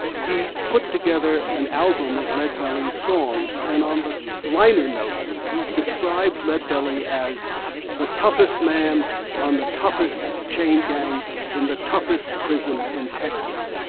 he put together an album of leadbelly songs and on the liner notes, he described leadbelly as the toughest men on the toughest chain gang in the toughest prison in texas.